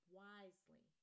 wisely